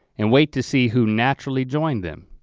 and wait to see who naturally joined them.